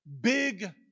Big